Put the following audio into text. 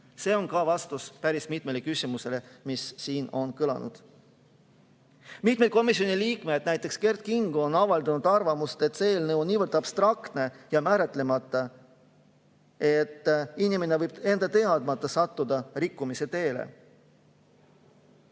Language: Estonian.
See on ka vastus päris mitmele küsimusele, mis on siin kõlanud. Mitmed komisjoni liikmed, näiteks Kert Kingo, on avaldanud arvamust, et see eelnõu on niivõrd abstraktne ja [ebamäärane], et inimene võib enda teadmata sattuda rikkumise teele.